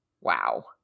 Wow